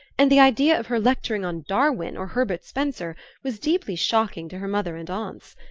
and the idea of her lecturing on darwin or herbert spencer was deeply shocking to her mother and aunts.